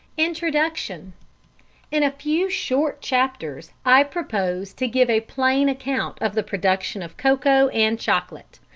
introduction in a few short chapters i propose to give a plain account of the production of cocoa and chocolate.